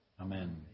Amen